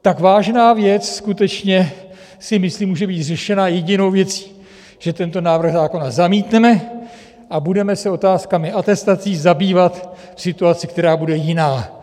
Tak vážná věc skutečně, si myslím, může být řešena jedinou věcí: Že tento návrh zákona zamítneme a budeme se otázkami atestací zabývat v situaci, která bude jiná.